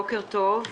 בוקר טוב.